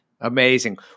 Amazing